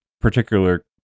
particular